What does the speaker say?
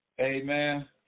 amen